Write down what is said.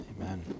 Amen